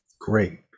Great